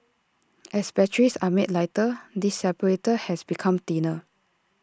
as batteries are made lighter this separator has become thinner